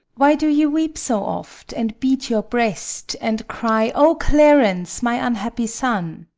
why do you weep so oft, and beat your breast, and cry o clarence, my unhappy son!